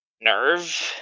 nerve